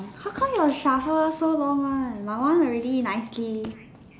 how come your shovel so long one my one already nicely